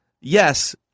yes